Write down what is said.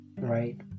right